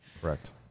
Correct